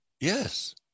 Yes